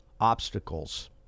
obstacles